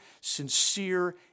sincere